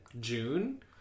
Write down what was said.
June